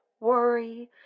worry